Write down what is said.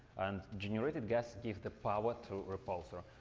and generated gas gives the power to repulsor.